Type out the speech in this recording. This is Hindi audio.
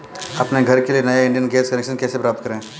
अपने घर के लिए नया इंडियन गैस कनेक्शन कैसे प्राप्त करें?